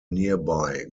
nearby